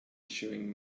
issuing